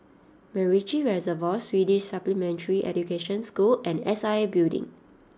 MacRitchie Reservoir Swedish Supplementary Education School and S I A Building